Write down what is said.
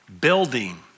building